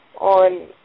on